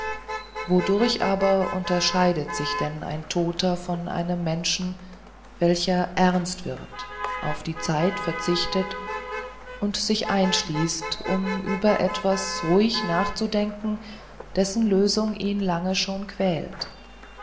wodurch aber unterscheidet sich denn ein toter von einem menschen welcher ernst wird auf die zeit verzichtet und sich einschließt um über etwas ruhig nachzudenken dessen lösung ihn lange schon quält